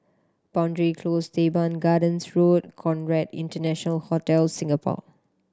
Boundary Close Teban Gardens Road Conrad International Hotel Singapore